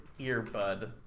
earbud